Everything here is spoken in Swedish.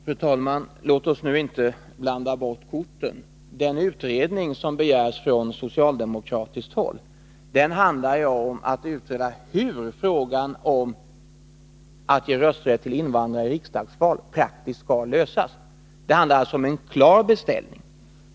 Fru talman! Låt oss nu inte blanda bort korten. Den utredning som begärs från socialdemokratiskt håll handlar om att utreda hur frågan om att ge rösträtt till invandrare i riksdagsval praktiskt skall lösas. Det handlar alltså om en klar beställning.